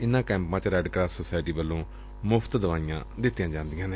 ਇਨੂਾ ਕੈਪਾ ਚ ਰੈੱਡ ਕਰਾਸ ਸੁਸਾਇਟੀ ਵੱਲੋ ਮੁਫ਼ਤ ਦਵਾਈਆ ਦਿੱਤੀਆ ਜਾਂਦੀਆ ਨੇ